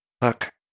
look